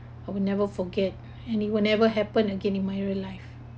I will never forget and it will never happen again in my real life